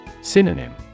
Synonym